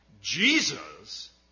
Jesus